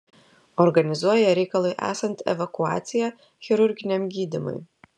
organizuoja reikalui esant evakuaciją chirurginiam gydymui